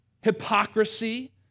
hypocrisy